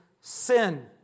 sin